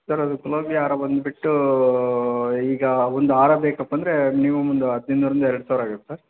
sir ಅದು ಗುಲಾಬಿ ಹಾರ ಬಂದುಬಿಟ್ಟು ಈಗ ಒಂದು ಹಾರ ಬೇಕಪ್ಪ ಅಂದರೆ ಮಿನಿಮಮ್ ಒಂದು ಹದಿನೈದು ನೂರಿಂದ ಎರಡು ಸಾವಿರ ಆಗತ್ತೆ ಸರ್